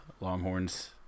longhorns